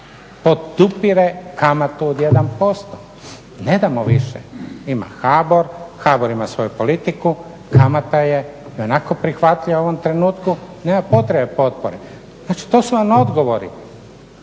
podupire kamatu od 1%, ne damo više. Ima HBOR, HBOR ima svoju politiku, kamata je ionako prihvatljiva u ovom trenutku i nema potrebe potpore. Znači, to su vam odgovori.